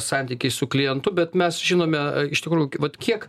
santykiai su klientu bet mes žinome e iš tikrųjų vat kiek